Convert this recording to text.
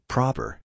Proper